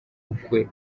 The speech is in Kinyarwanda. ukwe